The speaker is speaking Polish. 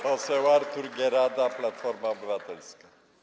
Poseł Artur Gierada, Platforma Obywatelska.